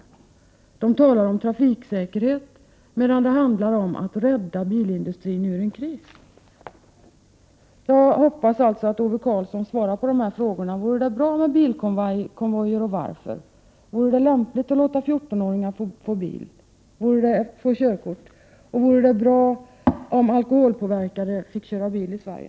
Man talar om trafiksäkerhet, medan det handlar om att rädda bilindustrin ur en kris. Jag hoppas alltså att Ove Karlsson svarar på de här frågorna. Vore det bra med bilkonvojer och i så fall varför? Vore det lämpligt att låta 14-åringar få körkort? Vore det bra om alkoholpåverkade personer fick köra bil i Sverige?